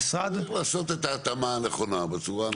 צריך לעשות את ההתאמה הנכונה, בצורה הנכונה.